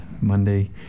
Monday